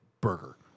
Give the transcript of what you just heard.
burger